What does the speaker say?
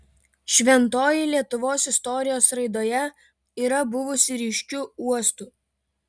šventoji lietuvos istorijos raidoje yra buvusi ryškiu uostu